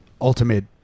ultimate